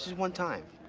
one time.